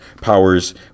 powers